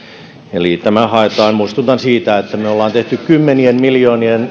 eli tämä haetaan muistutan siitä että me me olemme tehneet kymmenien miljoonien